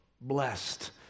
Blessed